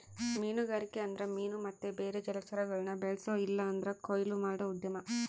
ಮೀನುಗಾರಿಕೆ ಅಂದ್ರ ಮೀನು ಮತ್ತೆ ಬೇರೆ ಜಲಚರಗುಳ್ನ ಬೆಳ್ಸೋ ಇಲ್ಲಂದ್ರ ಕೊಯ್ಲು ಮಾಡೋ ಉದ್ಯಮ